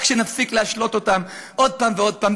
רק כשנפסיק להשלות אותם עוד פעם ועוד פעם.